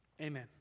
Amen